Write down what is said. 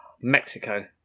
Mexico